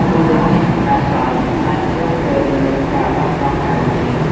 មូលនិធិអាសន្នអាចជួយពេលមានការបាត់បង់ការងារ។